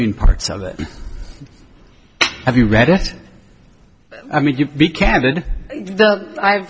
mean parts of it have you read it i mean